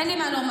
אין לי מה לומר.